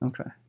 Okay